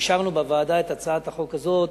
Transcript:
אישרנו בוועדה את הצעת החוק הזאת